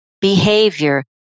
behavior